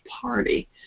party